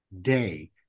Day